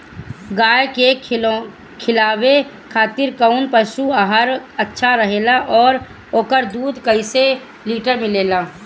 गाय के खिलावे खातिर काउन पशु आहार अच्छा रहेला और ओकर दुध कइसे लीटर मिलेला?